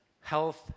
health